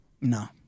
No